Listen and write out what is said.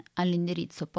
all'indirizzo